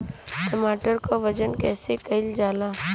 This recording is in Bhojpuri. टमाटर क वजन कईसे कईल जाला?